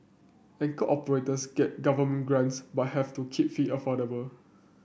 anchor operators get government grants but have to keep fee affordable